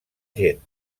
gent